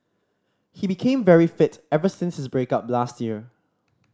he became very fit ever since his break up last year